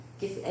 give